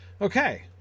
Okay